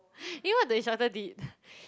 you know what the instructor did